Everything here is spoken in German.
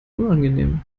unangenehm